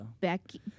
Becky